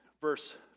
verse